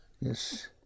Yes